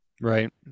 right